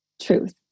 truth